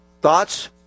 Thoughts